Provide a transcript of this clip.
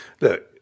look